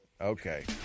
Okay